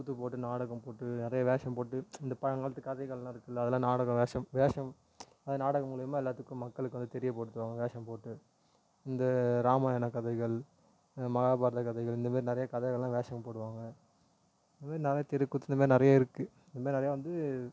கூத்து போட்டு நாடகம் போட்டு நிறையா வேஷம் போட்டு இந்த பழங்காலத்து கதைகளெலாம் இருக்குதுல அதெல்லாம் நாடகம் வேஷம் வேஷம் அது நாடகம் மூலமா எல்லாத்துக்கும் மக்களுக்கு வந்து தெரியப்படுத்தணும் வேஷம் போட்டு இந்த ராமாயண கதைகள் மாஹாபாரத கதைகள் இந்தமாரி நிறைய கதைகளெலாம் வேஷம் போடுவாங்க இன்னும் நிறையா தெருக்கூத்து இந்தமாரி நிறையா இருக்குது இதுமாரி நிறையா வந்து